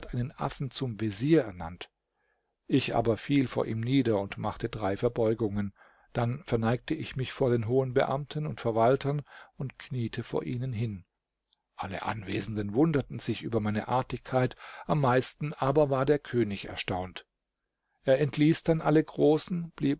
einen affen zum vezier ernannt ich aber fiel vor ihm nieder und machte drei verbeugungen dann verneigte ich mich vor den hohen beamten und verwaltern und kniete vor ihnen hin alle anwesenden wunderten sich über meine artigkeit am meisten aber war der könig erstaunt er entließ dann alle großen blieb